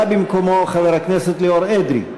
בא במקומו חבר הכנסת ליאור אדרי.